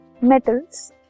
metals